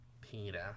Peter